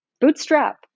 bootstrap